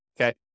okay